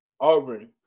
Auburn